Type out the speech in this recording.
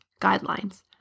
guidelines